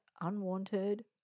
unwanted